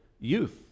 youth